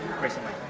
recently